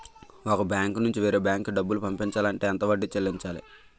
ఒక బ్యాంక్ నుంచి వేరే బ్యాంక్ కి డబ్బులు పంపించాలి అంటే ఎంత వడ్డీ చెల్లించాలి?